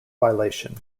violation